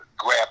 Grab